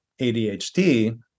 ADHD